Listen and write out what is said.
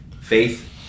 Faith